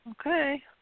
Okay